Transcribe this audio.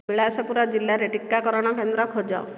ବିଳାସପୁର ଜିଲ୍ଲାରେ ଟିକାକରଣ କେନ୍ଦ୍ର ଖୋଜ